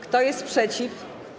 Kto jest przeciw?